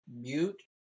mute